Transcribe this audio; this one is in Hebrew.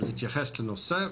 להתייחס לנושא.